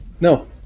No